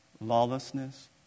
lawlessness